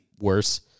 worse